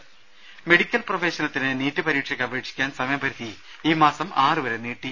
്് medical പ്രവേശനത്തിന് NEET പരീക്ഷയ്ക്ക് അപേക്ഷിക്കാൻ സമയപരിധി ഈ മാസം ആറുവരെ നീട്ടി